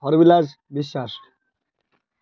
Harabilas Biswas